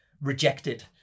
rejected